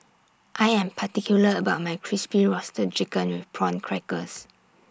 I Am particular about My Crispy Roasted Chicken with Prawn Crackers